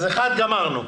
אז אחד גמרנו.